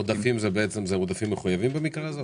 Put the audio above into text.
העודפים הם עודפים מחויבים במקרה הזה?